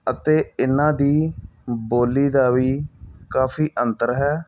ਅਤੇ ਇਨ੍ਹਾਂ ਦੀ ਬੋਲੀ ਦਾ ਵੀ ਕਾਫ਼ੀ ਅੰਤਰ ਹੈ